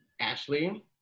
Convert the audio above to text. Ashley